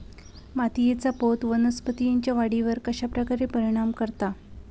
मातीएचा पोत वनस्पतींएच्या वाढीवर कश्या प्रकारे परिणाम करता?